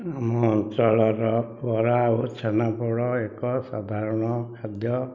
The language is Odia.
ଆମ ଅଞ୍ଚଳର ବରା ଓ ଛେନାପୋଡ଼ ଏକ ସାଧାରଣ ଖାଦ୍ୟ